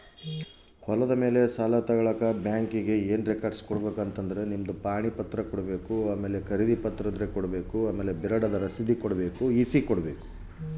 ಹೊಲದ ಮೇಲೆ ಸಾಲ ತಗಳಕ ಬ್ಯಾಂಕಿಗೆ ಏನು ಏನು ರೆಕಾರ್ಡ್ಸ್ ಕೊಡಬೇಕು?